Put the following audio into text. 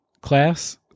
class